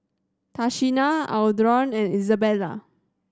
Tashina Adron and Izabella